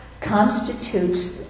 constitutes